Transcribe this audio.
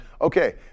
okay